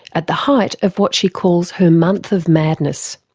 at the height of what she calls her month of madness.